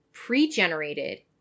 pre-generated